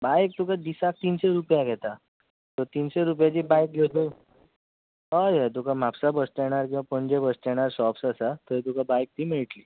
बायक तुका दिसाक तिनशीं रुपया घेता सो तिनशीं रुपयाची बायक घेवन तूं हय हय तुका म्हापसा बस स्टेंडार किंवां पणजे बस स्टेंडार शोप्स आसात थंय तुका बायक बी मेळटली